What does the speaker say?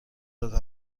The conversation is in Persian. داده